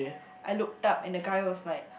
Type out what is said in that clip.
I looked up and the guy was like